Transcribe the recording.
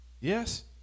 Yes